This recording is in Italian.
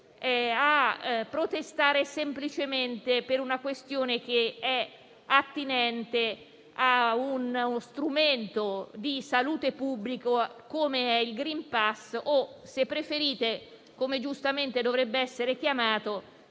a protestare semplicemente per una questione attinente a uno strumento di salute pubblica come il *green* *pass* o, se preferite, come giustamente dovrebbe essere chiamato,